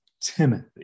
Timothy